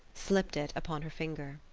slipped it upon her finger.